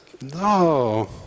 no